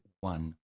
one